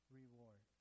reward